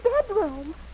bedroom